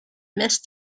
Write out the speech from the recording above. missed